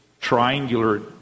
triangular